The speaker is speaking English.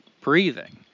breathing